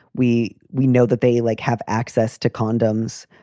we we know that they, like, have access to condoms.